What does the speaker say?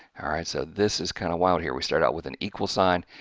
all right! so, this is kind of wild here we start out with an equal sign.